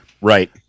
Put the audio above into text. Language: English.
Right